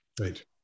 Right